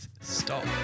stop